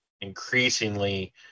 increasingly